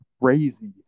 crazy